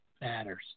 matters